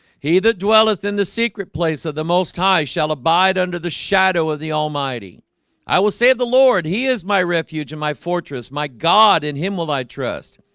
he that dwelleth in the secret place of the most high shall abide under the shadow of the almighty i will save the lord. he is my refuge and my fortress my god in him will i trust?